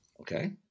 Okay